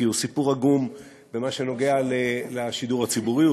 כי הוא סיפור עגום במה שקשור לשידור הציבורי,